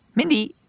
mindy,